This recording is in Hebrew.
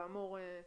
כאמור,